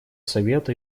совета